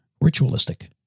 Ritualistic